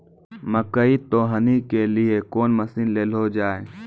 मकई तो हनी के लिए कौन मसीन ले लो जाए?